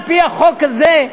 על-פי החוק הזה,